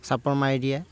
চাপৰ মাৰি দিয়ে